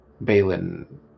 Balin